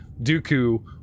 Dooku